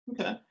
Okay